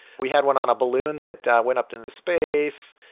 we had one on a balloon that went up into space.